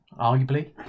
arguably